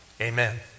Amen